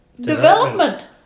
Development